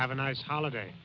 to have a nice holiday